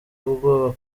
ubwoba